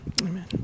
amen